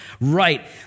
right